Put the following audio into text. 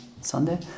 Sunday